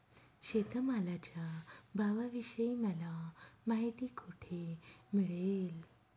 शेतमालाच्या भावाविषयी मला माहिती कोठे मिळेल?